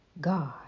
God